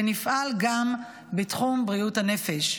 ונפעל גם בתחום בריאות הנפש.